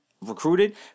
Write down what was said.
recruited